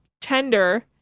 tender